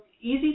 easy